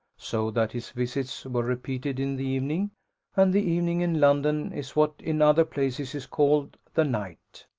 so that his visits were repeated in the evening and the evening in london is what in other places is called the night.